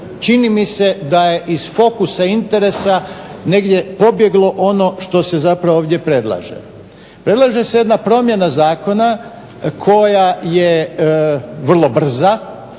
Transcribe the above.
čini mi se da je iz fokusa interesa negdje pobjeglo ono što se zapravo ovdje predlaže. Predlaže se jedna promjena zakona koja je vrlo brza,